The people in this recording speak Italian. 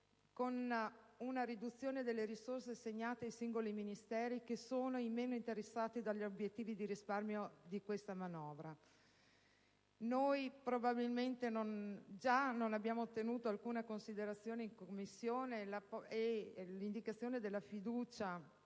con una riduzione delle risorse assegnate ai singoli Ministeri, che sono i meno interessati agli obiettivi di risparmio di questa manovra. Già non abbiamo ottenuto alcuna considerazione in Commissione, e l'indicazione della fiducia